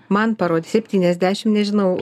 man parodė septyniasdešim nežinau